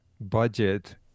budget